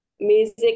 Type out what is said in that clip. Music